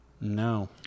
No